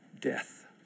death